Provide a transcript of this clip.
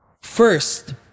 First